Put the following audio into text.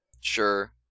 Sure